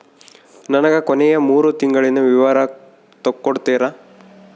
ನನಗ ಕೊನೆಯ ಮೂರು ತಿಂಗಳಿನ ವಿವರ ತಕ್ಕೊಡ್ತೇರಾ?